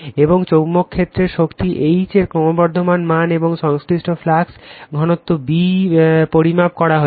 এবং চৌম্বক ক্ষেত্রের শক্তি H এর ক্রমবর্ধমান মান এবং সংশ্লিষ্ট ফ্লাক্স ঘনত্ব B পরিমাপ করা হয়েছে